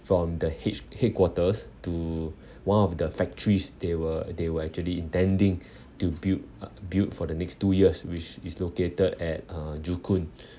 from the h~ headquarters to one of the factories they were they were actually intending to build uh build for the next two years which is located at uh joo koon